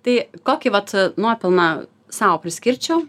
tai kokį vat nuopelną sau priskirčiau